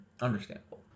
Understandable